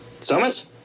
Summit